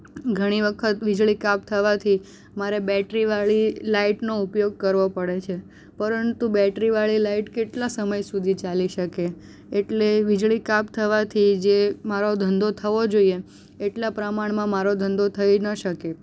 ઘણી વખત વીજળી કાપ થવાથી મારે બેટરીવાળી લાઇટનો ઉપયોગ કરવો પડે છે પરંતુ બેટરીવાળી લાઇટ કેટલા સમય સુધી ચાલી શકે એટલે વીજળી કાપ થવાથી જે મારો ધંધો થવો જોઈએ એટલા પ્રમાણમાં મારો ધંધો થઈ ન શકે